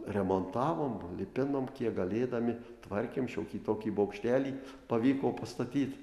remontavom lipinom kiek galėdami tvarkėm šiokį tokį bokštelį pavyko pastatyt